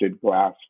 glass